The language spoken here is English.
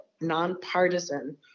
nonpartisan